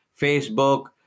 Facebook